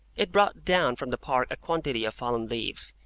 it brought down from the park a quantity of fallen leaves,